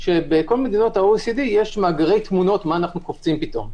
שבכל מדינות ה-OECD יש מאגרי תמונות מה אנחנו קופצים פתאום?